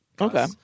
Okay